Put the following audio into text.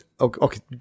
Okay